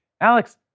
Alex